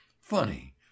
funny